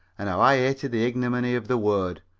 and how i hated the ignominy of the word,